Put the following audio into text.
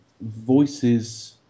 voices